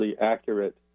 accurate